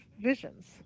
visions